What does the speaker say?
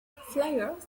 fliers